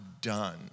done